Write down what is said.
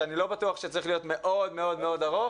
שאני לא בטוח שצריך להיות מאוד מאוד ארוך,